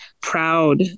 proud